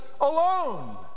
alone